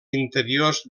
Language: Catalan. interiors